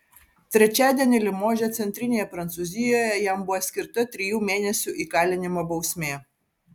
trečiadienį limože centrinėje prancūzijoje jam buvo skirta trijų mėnesių įkalinimo bausmė